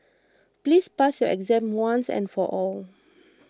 please pass your exam once and for all